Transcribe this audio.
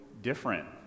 different